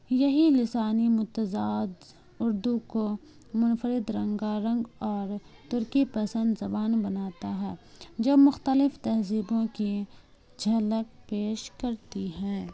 یہی لسانی متزاد اردو کو منفرد رنگا رنگ اور ترکی پسند زبان بناتا ہے جو مختلف تہذیبوں کی جھلک پیش کرتی ہیں